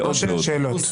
משה, שאלות.